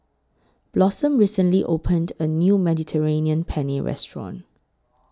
Blossom recently opened A New Mediterranean Penne Restaurant